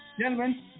gentlemen